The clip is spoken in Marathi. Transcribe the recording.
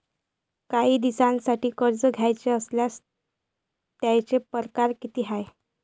कायी दिसांसाठी कर्ज घ्याचं असल्यास त्यायचे परकार किती हाय?